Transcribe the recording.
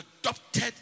adopted